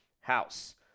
house